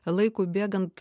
laikui bėgant